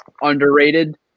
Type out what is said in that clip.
underrated